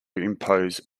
impose